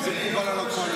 אם זה מקובל על הקואליציה.